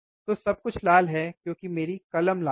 तो सब कुछ लाल है क्योंकि मेरी कलम लाल है